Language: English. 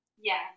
Yes